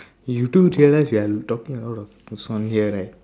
you do realize we are talking a lot of nonsense here right